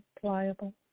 pliable